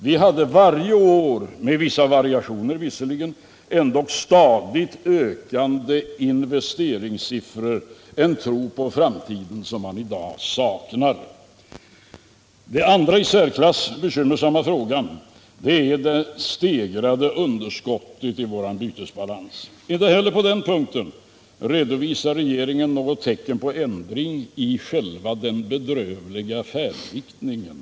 Vi hade varje år, med vissa variationer, stadigt ökande investeringssiffror — en tro på framtiden som man i dag saknar. Det andra i särsklass bekymmersamma problemet är det stegrade underskottet i vår bytesbalans. Inte heller på den punkten redovisar regeringen något tecken på ändring i den bedrövliga färdriktningen.